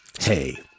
Hey